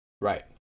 Right